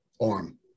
arm